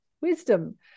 wisdom